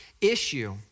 issue